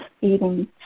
eating